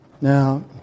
Now